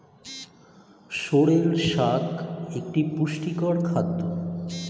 sorrel শাক একটি পুষ্টিকর খাদ্য